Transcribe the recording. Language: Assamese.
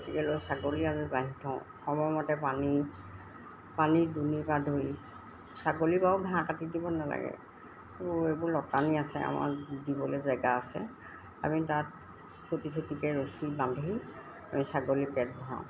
গতিকে লৈ ছাগলী আমি বান্ধি থওঁ সময়মতে পানী পানী দুনিৰপৰা ধৰি ছাগলী বাৰু ঘাঁহ কাটি দিব নালাগে এইবোৰ লতানী আছে আমাৰ দিবলৈ জেগা আছে আমি তাত চুটি চুটিকৈ ৰছী বান্ধি আমি ছাগলী পেট ভৰাওঁ